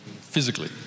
physically